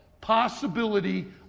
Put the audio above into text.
possibility